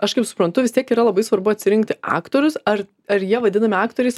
aš kaip suprantu vis tiek yra labai svarbu atsirinkti aktorius ar ar jie vadinami aktoriais